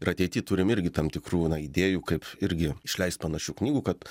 ir ateity turim irgi tam tikrų na idėjų kaip irgi išleist panašių knygų kad